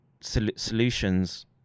solutions